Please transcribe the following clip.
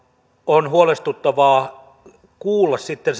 on huolestuttavaa kuulla sitten